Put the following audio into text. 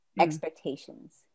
expectations